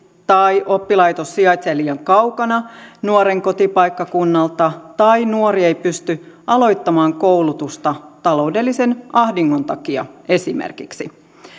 tai oppilaitos sijaitsee liian kaukana nuoren kotipaikkakunnalta tai nuori ei pysty aloittamaan koulutusta taloudellisen ahdingon takia esimerkiksi